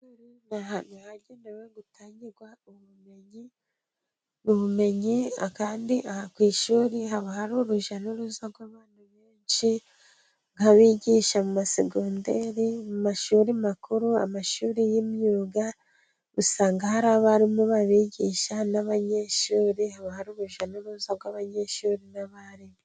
Ni ahantu hagenewe gutangirwa ubumenyi, ubumenyi kandi ku ishuri haba hari urujyanuruza rw' abantu benshi, nk' abigisha mu masegonderi, mu mashuri makuru, amashuri y' imyuga; usanga hari abarimu b' abigisha n' abanyeshuri haba hari urujya n'uruza bw' abanyeshuri n' abarimu.